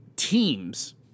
Teams